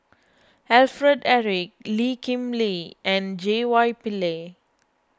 Alfred Eric Lee Kip Lee and J Y Pillay